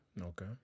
Okay